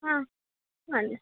ಹಾಂ ಅಲ್ಲೇ